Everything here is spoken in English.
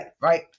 right